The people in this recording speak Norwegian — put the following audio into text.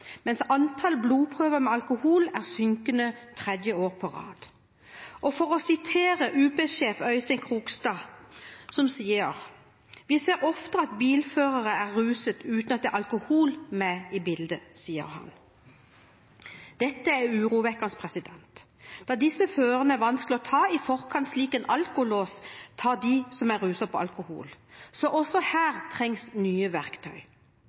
mens antall blodprøver med alkohol er synkende tredje år på rad. For å sitere UP-sjef Øystein Krogstad: Vi ser oftere at bilførere er ruset uten at det er alkohol med i bildet, sier han. Dette er urovekkende, da disse førerne er vanskelig å ta i forkant, slik en alkolås tar dem som er ruset på alkohol. Så også her trengs nye verktøy.